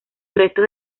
restos